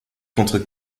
contre